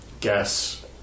guess